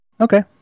okay